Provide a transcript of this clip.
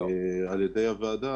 על ידי הוועדה,